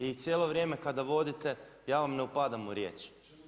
I cijelo vrijeme kada vodite ja vam ne upadam u riječ.